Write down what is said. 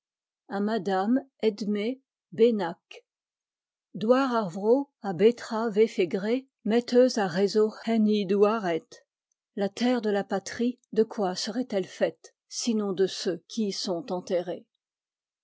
a betra vefè gré met euz ar rt zo enn hi douaret la terre de la patrie de quoi serait-elle faite sinon de ceux qui y sont enterrés